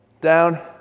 Down